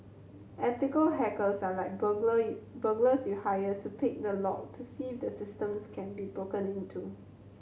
ethical hackers are like burglar burglars you hire to pick the lock to see if the systems can be broken into